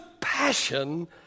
passion